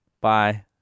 bye